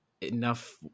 enough